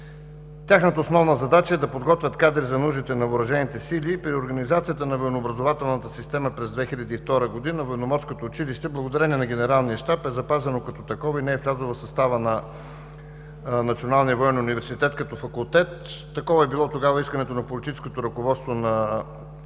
Тяхната основна задача е да подготвят кадри за нуждите на Въоръжените сили и при организацията на военно-образователната система през 2002 г. Военноморското училище, благодарение на Генералния щаб, е запазено като такова и не е влязло в състава на Националния военен университет като факултет. Такова е било тогава искането на политическото ръководство на